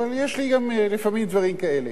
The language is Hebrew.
אבל יש לי גם לפעמים דברים כאלה.